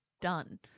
done